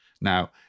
Now